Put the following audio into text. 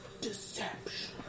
Deception